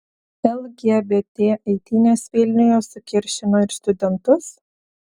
lgbt eitynės vilniuje sukiršino ir studentus